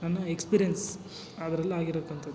ನನ್ನ ಎಕ್ಸ್ಪೀರಿಯೆನ್ಸ್ ಅದ್ರಲ್ಲಿ ಆಗಿರೊಂಥದ್ದು